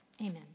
Amen